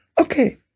Okay